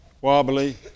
wobbly